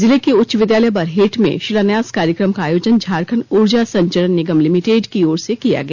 जिले के उच्च विद्यालय बरहेट में शिलान्यास कार्यक्रम का आयोजन झारखंड ऊर्जा संचरण निगम लिमिटेड की ओर से किया गया